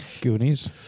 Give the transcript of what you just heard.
Goonies